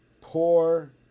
Poor